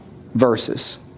verses